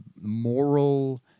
moral